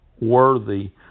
worthy